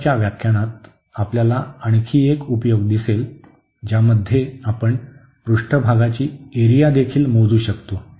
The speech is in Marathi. नंतरच्या व्याख्यानात आपल्याला आणखी एक उपयोग दिसेल ज्यामध्ये आपण पृष्ठभागाची एरिया देखील मोजू शकतो